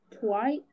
twice